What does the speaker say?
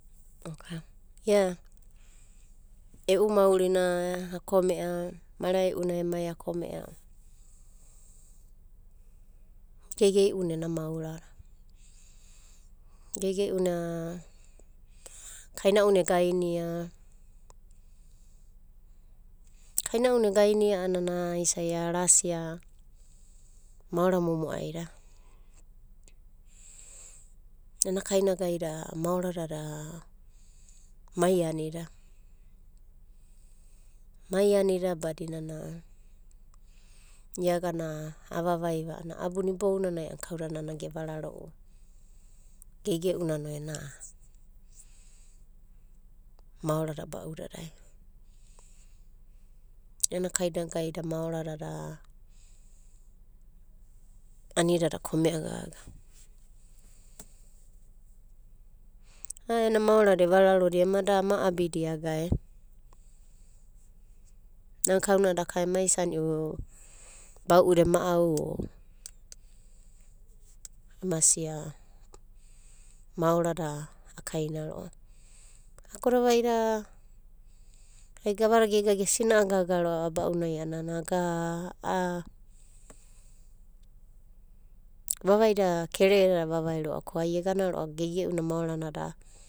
E'u maurina akome'a mara'i'una emai akome'a. Geigei'u na ena maorada, geigei'una kaina'una egaina, kaina'una egaina a'ana isa'i arasia moara momo'aida. Ena kainagai da maorada mai anida. Mai anida badinana iagana avavai va a'ana abuna ibounanai a'ana nana gevararo'u va. Geigei'una no ena maorada ba'udadai, ena kainagai da maoradada anidada kome'a gaga. A'a ena maorada evararodia ema da ama abidiaga nana kauna daka ema isani'u bau'uda ema au emasia maorada akaina ro'ava. Agoda vaida ai gavada gega gesina'a gaga ro'a aba'unai a'ana aga a'a vavaida kerere dada avavi ro'ava ko ai egana ro'a geigei'una maoranada.